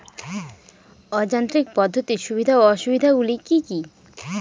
অযান্ত্রিক পদ্ধতির সুবিধা ও অসুবিধা গুলি কি কি?